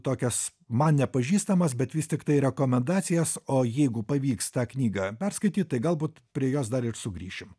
tokias man nepažįstamas bet vis tiktai rekomendacijas o jeigu pavyks tą knygą perskaityt tai galbūt prie jos dar ir sugrįšim